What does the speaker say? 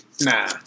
Nah